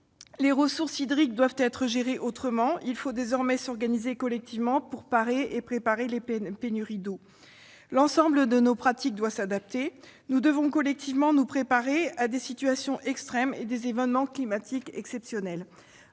Les ressources hydriques doivent être gérées autrement, il faut désormais s'organiser collectivement pour parer aux pénuries d'eau. L'ensemble de nos pratiques doivent être adaptées. Nous devons collectivement nous préparer à des situations extrêmes et à des événements climatiques exceptionnels.